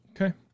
Okay